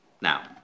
now